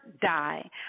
die